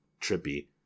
trippy